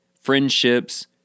friendships